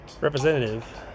representative